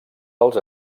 pels